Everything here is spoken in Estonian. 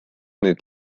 neid